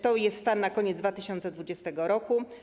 To jest stan na koniec 2020 r.